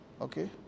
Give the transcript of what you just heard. Okay